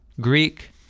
Greek